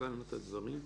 הבנו את הדברים.